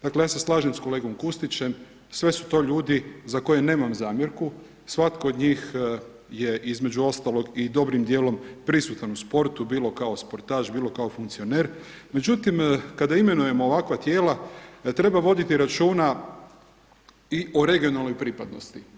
Dakle, ja se slažem s kolegom Kustićem, sve su to ljudi za koje nemam zamjerku, svatko od njih je, između ostalog i dobrim dijelom prisutan u sportu, bilo kao sportaš, bilo kao funkcioner, međutim kada imenujemo ovakva tijela, treba voditi računa i o regionalnoj pripadnost.